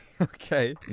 Okay